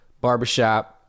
barbershop